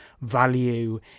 value